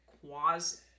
quasi